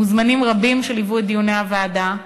מוזמנים רבים ליוו את דיוני הוועדה,